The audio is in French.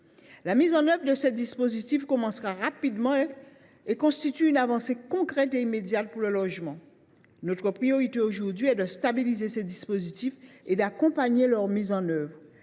La mise en œuvre de ce dispositif commencera rapidement. Il constitue une avancée concrète et immédiate pour le logement. Notre priorité est aujourd’hui de stabiliser ces dispositifs et d’accompagner leur mise en œuvre.